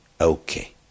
okay